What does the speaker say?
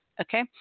okay